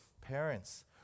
Parents